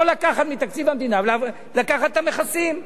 לא לקחת מתקציב המדינה, לקחת את המכסים.